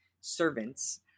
servants